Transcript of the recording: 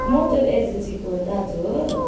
motor एजेन्सीको दाजु हो